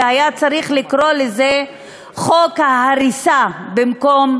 והיה צריך לקרוא לזה "חוק ההריסה" במקום